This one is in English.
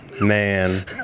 Man